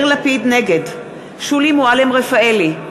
נגד שולי מועלם-רפאלי,